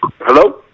Hello